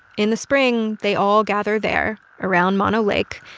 in the spring they all gather there, around mono lake,